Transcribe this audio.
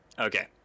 okay